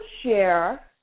share